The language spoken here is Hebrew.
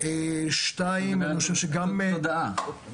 של תודעה.